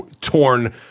torn